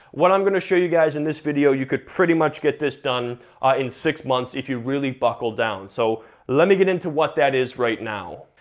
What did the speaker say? what i'm gonna show you guys in this video you could pretty much get this done in six months if you really buckle down. so let me get into what that is right now.